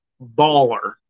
baller